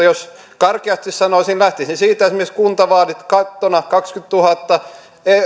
jos karkeasti sanoisin lähtisin siitä että esimerkiksi kuntavaaleissa kattona kaksikymmentätuhatta